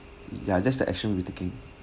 ya just the action we're taking